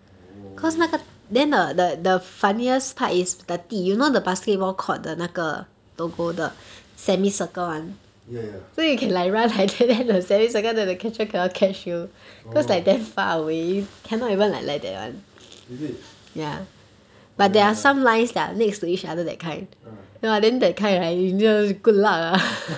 oh ya ya oh is it oh ya ya ah